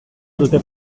dute